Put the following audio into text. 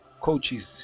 coaches